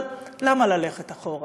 אבל למה ללכת אחורה?